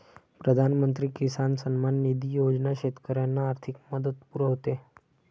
प्रधानमंत्री किसान सन्मान निधी योजना शेतकऱ्यांना आर्थिक मदत पुरवते